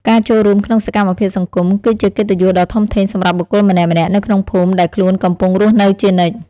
ការចូលរួមក្នុងសកម្មភាពសង្គម គឺជាកិត្តិយសដ៏ធំធេងសម្រាប់បុគ្គលម្នាក់ៗនៅក្នុងភូមិដែលខ្លួនកំពុងរស់នៅជានិច្ច។